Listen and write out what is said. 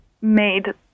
made